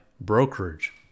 brokerage